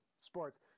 sports